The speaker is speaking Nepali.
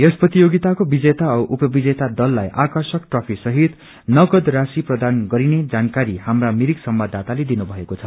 यस प्रतियोगिताको विजेता औ उप विजेता दललाई आर्कषक ट्रफी सहित नगद राशि प्रदान गरिने जानकारी हाम्रा सम्वाददाताले दिनु भएको छ